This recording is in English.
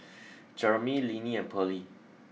Jeremey Linnie and Pearlie